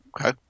Okay